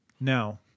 Now